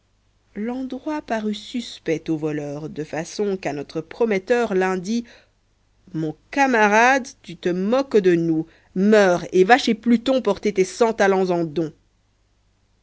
l'endroit parut suspect aux voleurs de façon qu'à notre prometteur l'un dit mon camarade tu te moques de nous meurs et va chez pluton porter tes cent talents en don